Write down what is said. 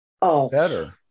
better